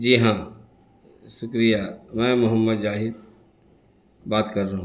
جی ہاں شکریہ میں محمد زاہد بات کر رہا ہوں